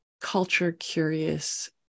culture-curious